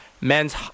men's